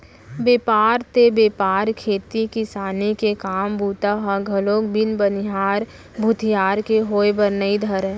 बेपार ते बेपार खेती किसानी के काम बूता ह घलोक बिन बनिहार भूथियार के होय बर नइ धरय